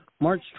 March